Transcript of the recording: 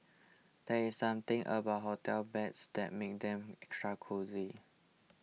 there is something about hotel beds that makes them extra cosy